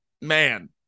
man